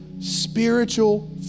spiritual